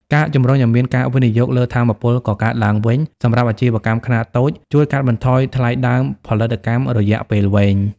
ការជំរុញឱ្យមានការវិនិយោគលើ "ថាមពលកកើតឡើងវិញ" សម្រាប់អាជីវកម្មខ្នាតតូច ជួយកាត់បន្ថយថ្លៃដើមផលិតកម្មរយៈពេលវែង។